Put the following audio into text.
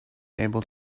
able